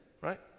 right